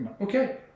okay